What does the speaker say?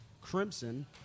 Crimson